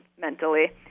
mentally